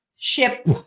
ship